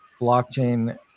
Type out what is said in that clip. blockchain